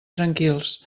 tranquils